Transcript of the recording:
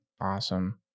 Awesome